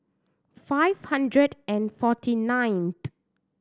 five hundred and forty night